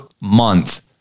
month